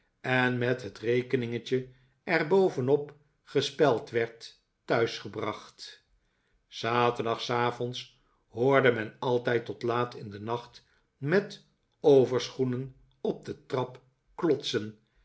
en met het rekeningetje er bovenop gespeld werd thuis gebracht s zaterdags avonds hoorde men altijd tot iaat in den nacht met overschoenen op de trap klotsen